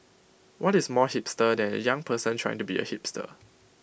what is more hipster than A young person trying to be A hipster